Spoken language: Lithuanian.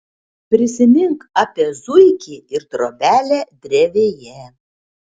prisimink apie zuikį ir trobelę drevėje